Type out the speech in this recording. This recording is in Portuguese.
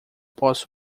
posso